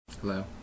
Hello